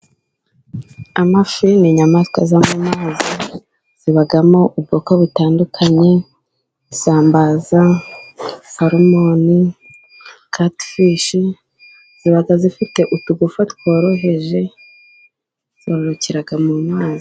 Amafi ni inyamaswa zo mu mazi zibamo ubwoko butandukanye: isambaza, salmoni, katifishi ziba zifite utugufa tworoheje zororokera mu mazi,....